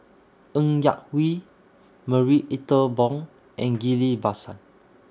Ng Yak Whee Marie Ethel Bong and Ghillie BaSan